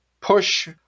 push